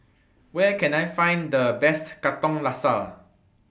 Where Can I Find The Best Katong Laksa